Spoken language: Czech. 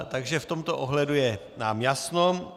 Takže v tomto ohledu je nám jasno.